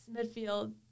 midfield